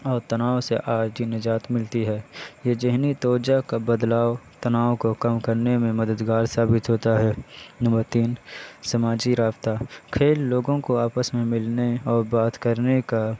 اور تناؤ سے عارضی نجات ملتی ہے یہ ذہنی توجہ کا بدلاؤ تناؤ کو کم کرنے میں مددگار ثابت ہوتا ہے نمبر تین سماجی رابطہ کھیل لوگوں کو آپس میں ملنے اور بات کرنے کا